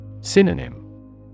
Synonym